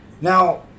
Now